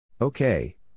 Okay